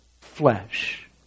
flesh